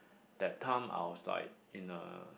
that time I was like in a